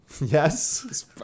Yes